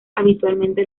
habitualmente